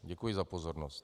Děkuji za pozornost.